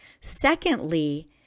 Secondly